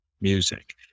music